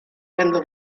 venda